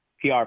PR